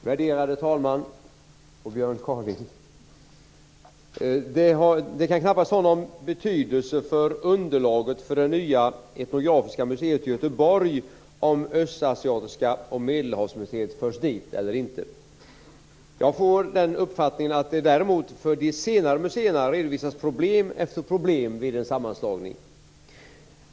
Värderade talman! Björn Kaaling! Det kan knappast ha någon betydelse för underlaget för det nya etnografiska museet i Göteborg om Östasiatiska museet och Medelhavsmuseet förs dit eller inte. Jag får den uppfattningen att det däremot för de senare museerna har redovisats problem efter problem vid en sammanslagning.